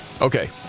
Okay